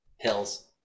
Pills